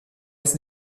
est